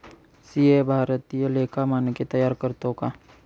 CA भारतीय लेखा मानके तयार करतो का